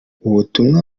ubutumwa